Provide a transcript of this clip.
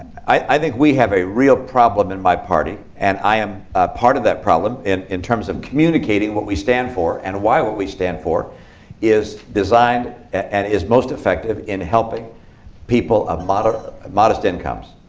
i think we have a real problem in my party. and i am part of that problem in in terms of communicating what we stand for and why what we stand for is designed and is most effective in helping people of but modest incomes,